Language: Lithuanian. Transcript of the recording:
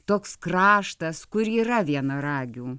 toks kraštas kur yra vienaragių